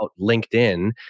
LinkedIn